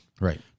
Right